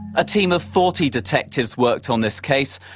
a team of forty detectives worked on this case,